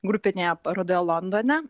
grupinėje parodoje londone